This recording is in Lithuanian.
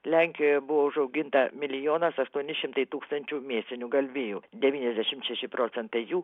lenkijoje buvo užauginta milijonas aštuoni šimtai tūkstančių mėsinių galvijų devyniasdešimt šeši procentai jų